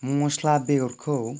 मस्ला बेगरखौ